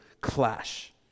clash